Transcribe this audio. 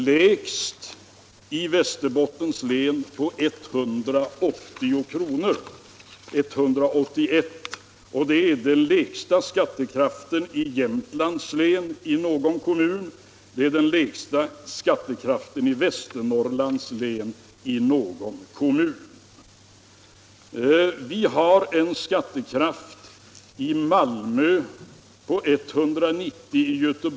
Lägst i Västerbottens län är skattekraften 181 kr. Det är också den lägsta skattekraften i Jämtlands län i någon kommun och den lägsta skattekraften i Västernorrlands län i någon kommun. Vi har en skattekraft i Malmö som ligger på 190 kr.